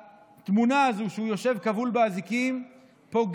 התמונה הזאת שהוא יושב כבול באזיקים פוגעת